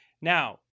now